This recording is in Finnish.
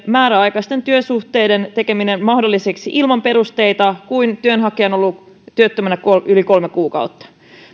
määräaikaisten työsuhteiden tekemistä mahdolliseksi ilman perusteita kun työnhakija on ollut työttömänä yli kolme kuukautta